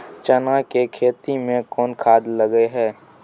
चना के खेती में कोन खाद लगे हैं?